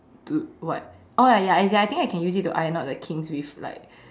to what oh ya ya as in I think I can use it to iron not the things with like